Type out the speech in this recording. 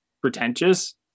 pretentious